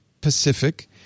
pacific